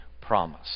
promise